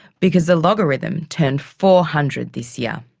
because the logarithm turned four hundred this year.